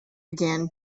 again